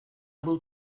will